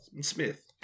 Smith